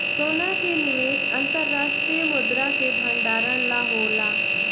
सोना के निवेश अंतर्राष्ट्रीय मुद्रा के भंडारण ला होला